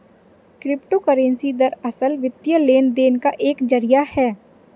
crypto currency दरअसल, वित्तीय लेन देन का एक जरिया है